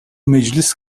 meclis